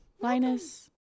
Linus